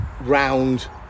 round